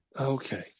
Okay